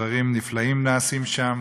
דברים נפלאים נעשים שם,